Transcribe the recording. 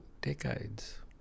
decades